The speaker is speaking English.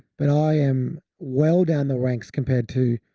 but i am well down the ranks compared to.